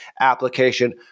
application